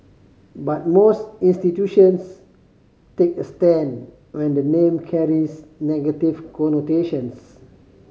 but most institutions take a stand when the name carries negative connotations